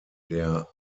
der